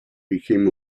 became